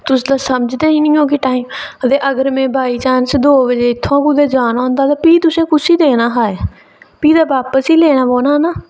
तुस ते समझदे निं ओ टाइम बाय चांस अगर में दो बजे इत्थुआं कुतै जाना होंदा ते भी तुसें कुसी देना हा एह् भी ते बापस ई लैना पौना हा ना